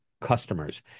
customers